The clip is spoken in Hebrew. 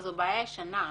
אבל זו בעיה ישנה,